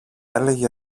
έλεγε